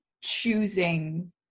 choosing